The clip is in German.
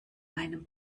einem